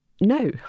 No